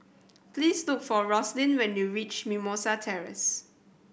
please look for Rosalind when you reach Mimosa Terrace